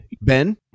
Ben